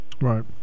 Right